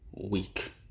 week